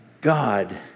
God